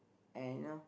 and you know